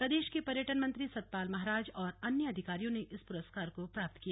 प्रदेश के पर्यटन मंत्री सतपाल महाराज और अन्य अधिकारियों ने इस प्रस्कार को प्राप्त किया